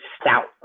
stout